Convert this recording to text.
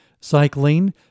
cycling